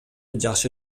жакшы